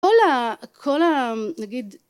כל ה... כל ה, נגיד